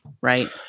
right